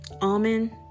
Almond